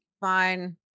Fine